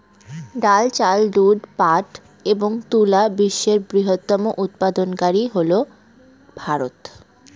ডাল, চাল, দুধ, পাট এবং তুলা বিশ্বের বৃহত্তম উৎপাদনকারী হল ভারত